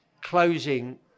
closing